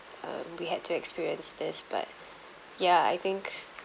um we had to experience this but ya I think